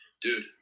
Dude